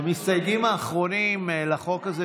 המסתייגים האחרונים לחוק הזה,